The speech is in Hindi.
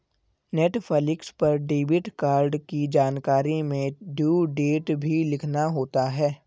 नेटफलिक्स पर डेबिट कार्ड की जानकारी में ड्यू डेट भी लिखना होता है